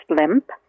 limp